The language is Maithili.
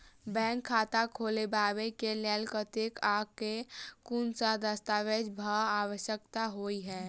बैंक खाता खोलबाबै केँ लेल केतना आ केँ कुन सा दस्तावेज केँ आवश्यकता होइ है?